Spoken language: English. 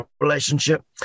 relationship